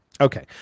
Okay